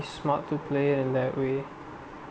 smart to play in that way